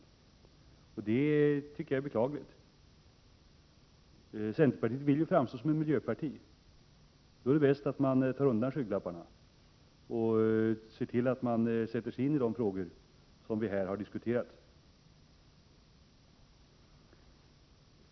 Det är beklagligt. Centerpartiet vill ju framstå som ett miljöparti. Då är det bäst att man tar bort skygglapparna och ser till att sätta sig in i de frågor som vi här har diskuterat.